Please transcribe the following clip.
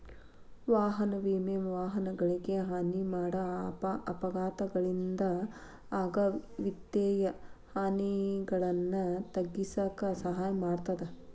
ವಾಹನ ವಿಮೆ ವಾಹನಗಳಿಗೆ ಹಾನಿ ಮಾಡ ಅಪಘಾತಗಳಿಂದ ಆಗ ವಿತ್ತೇಯ ಹಾನಿಗಳನ್ನ ತಗ್ಗಿಸಕ ಸಹಾಯ ಮಾಡ್ತದ